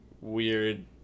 weird